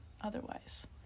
otherwise